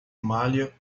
malha